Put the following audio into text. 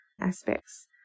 aspects